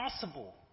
possible